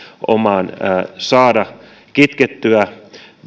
saada kitkettyä